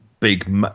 big